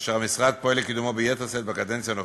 אשר המשרד פועל לקידומו ביתר שאת בקדנציה הנוכחית,